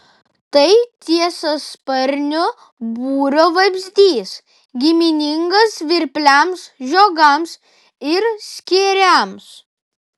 tai tiesiasparnių būrio vabzdys giminingas svirpliams žiogams ir skėriams